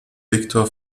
viktor